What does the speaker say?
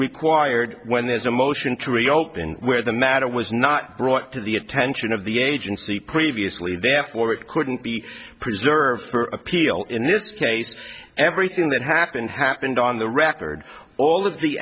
required when there's a motion to reopen where the matter was not brought to the attention of the agency previously therefore it couldn't be preserved for appeal in this case everything that happened happened on the record all of the